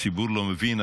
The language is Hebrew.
הציבור לא מבין,